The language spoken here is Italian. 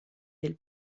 del